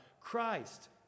Christ